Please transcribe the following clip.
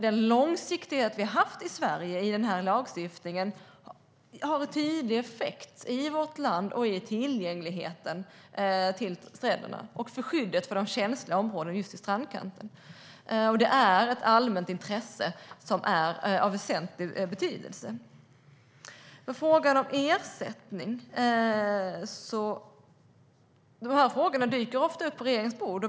Den långsiktighet som vi har haft i Sverige i den här lagstiftningen har en tydlig effekt i vårt land när det gäller tillgängligheten till stränderna och skyddet av de känsliga områdena just i strandkanten. Det är ett allmänt intresse som är av väsentlig betydelse. När det gäller ersättning dyker de här frågorna ofta upp på regeringens bord.